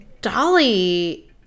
Dolly –